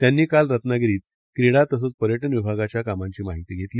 त्यांनी काल रत्नागिरीत क्रीडा तसंच पर्यटन विभागाच्या कामांची माहिती घेतली